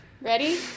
Ready